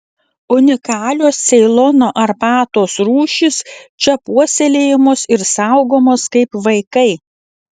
unikalios ceilono arbatos rūšys čia puoselėjamos ir saugomos kaip vaikai